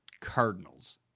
Cardinals